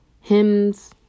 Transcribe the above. hymns